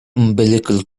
umbilical